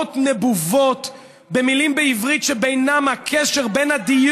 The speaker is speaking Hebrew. בסיסמאות נבובות, במילים בעברית שהקשר בינן,